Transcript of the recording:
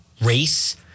race